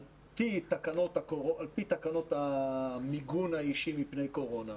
על פי תקנות המיגון מפני קורונה,